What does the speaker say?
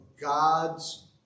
God's